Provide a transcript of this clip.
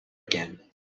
again